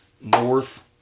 North